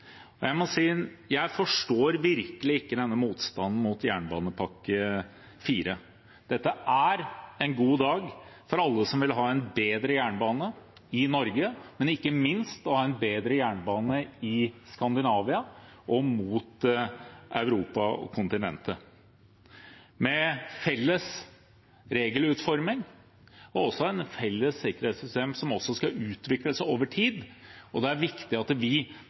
Jeg må si at jeg virkelig ikke forstår denne motstanden mot jernbanepakke IV. Dette er en god dag for alle som vil ha en bedre jernbane i Norge, men ikke minst en bedre jernbane i Skandinavia og mot Europa og kontinentet, med felles regelutforming og også et felles sikkerhetssystem, som skal utvikles over tid. Det er viktig at vi